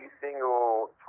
single